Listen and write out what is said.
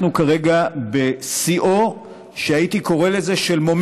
אנחנו כרגע בשיאו של מה שהייתי קורא לו מומנטום,